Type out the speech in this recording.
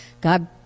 God